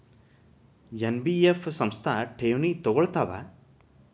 NBF ಸಂಸ್ಥಾ ಠೇವಣಿ ತಗೋಳ್ತಾವಾ?